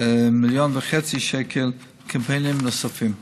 מיליון וחצי שקל לקמפיינים נוספים.